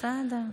בסדר.